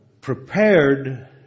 prepared